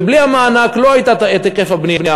ובלי המענק לא היה היקף הבנייה